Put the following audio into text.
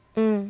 mm